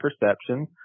perception